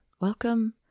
Welcome